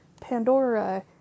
Pandora